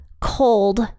cold